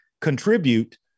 contribute